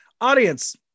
Audience